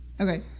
Okay